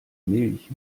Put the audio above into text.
milch